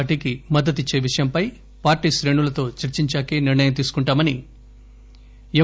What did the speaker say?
పార్టీకి మద్దతిచ్చే విషయంపై పార్టీ శ్రేణులతో చర్చించాకే నిర్ణయం తీసుకుంటామని ఎం